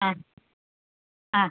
ആ ആ